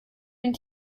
den